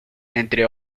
entre